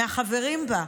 מהחברים בה.